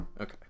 okay